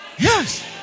Yes